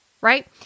Right